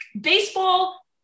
baseball